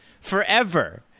forever